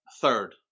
third